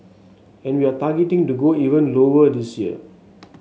and we are targeting to go even lower this year